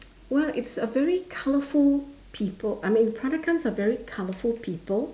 well it's a very colourful people I mean peranakans are very colourful people